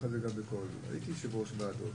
הייתי יושב-ראש ועדה,